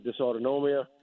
Dysautonomia